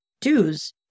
dues